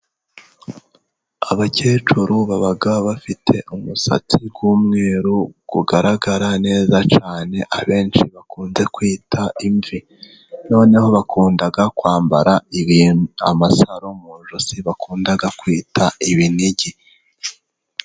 Abakecuru baba bafite umusatsi w'umweru ugaragara neza cyane abenshi bakunze kwita imvi. Noneho bakunda kwambara amasaro mu ijosi bakunda kwita ibiniigi.